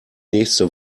nächste